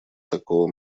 такого